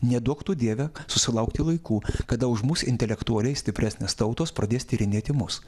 neduok tu dieve susilaukti laikų kada už mus intelektualiai stipresnės tautos pradės tyrinėti mus